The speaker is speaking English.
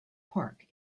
park